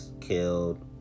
killed